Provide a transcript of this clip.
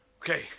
Okay